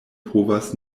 povas